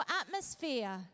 atmosphere